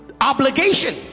obligation